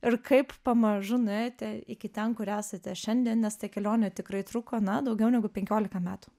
ir kaip pamažu nuėjote iki ten kur esate šiandien nes ta kelionė tikrai trūko na daugiau negu penkiolika metų